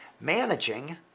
managing